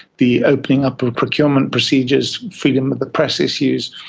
the opening up of procurement procedures, freedom of the press issues,